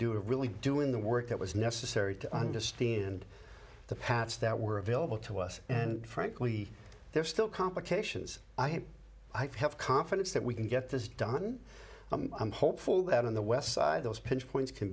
do really doing the work that was necessary to understand the paths that were available to us and frankly there are still complications i have i have confidence that we can get this done i'm hopeful that on the west side those pinch points can